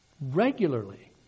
Regularly